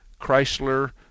Chrysler